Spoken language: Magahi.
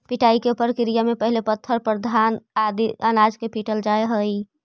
पिटाई के प्रक्रिया में पहिले पत्थर पर घान आदि अनाज के पीटल जा हइ